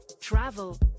travel